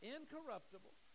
Incorruptible